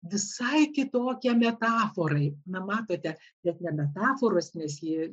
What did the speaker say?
visai kitokie metaforai na matote net ne metaforos nes ji